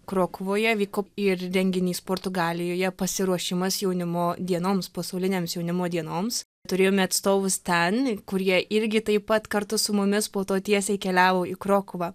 krokuvoje vyko ir renginys portugalijoje pasiruošimas jaunimo dienoms pasaulinėms jaunimo dienoms turėjome atstovų stani kurie irgi taip pat kartu su mumis po to tiesiai keliavo į krokuvą